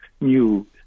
new